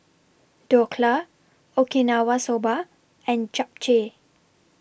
Dhokla Okinawa Soba and Japchae